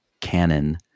canon